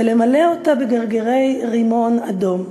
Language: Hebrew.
ולמלא אותה בגרגרי רימון אדום,